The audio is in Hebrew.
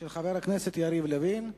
של חבר הכנסת יריב לוין.